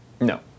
No